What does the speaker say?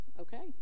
Okay